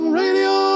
radio